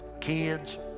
kids